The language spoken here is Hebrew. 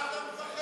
מה אתה מפחד?